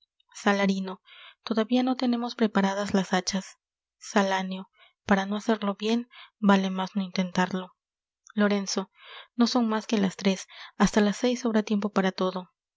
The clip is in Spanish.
salarino todavía no tenemos preparadas las hachas salanio para no hacerlo bien vale más no intentarlo lorenzo no son más que las tres hasta las seis sobra tiempo para todo